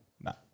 No